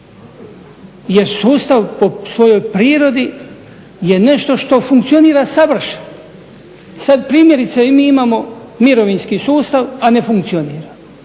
Jer sustav po svojoj prirodi je nešto što funkcionira savršeno. I sad primjerice i mi imamo mirovinski sustav, a ne funkcionira.